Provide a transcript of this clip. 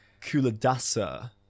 Kuladasa